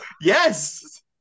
yes